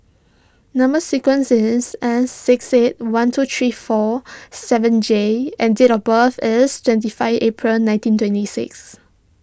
Number Sequence is S six eight one two three four seven J and date of birth is twenty five April nineteen twenty six